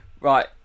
Right